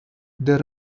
there